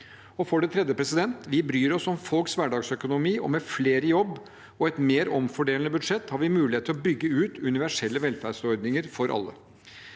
For det tredje: Vi bryr oss om folks hverdagsøkonomi, og med flere i jobb og et mer omfordelende budsjett har vi mulighet til å bygge ut universelle velferdsordnin ger for alle.